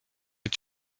est